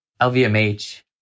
LVMH